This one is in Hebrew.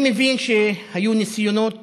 אני מבין שהיו ניסיונות